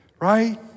right